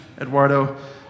Eduardo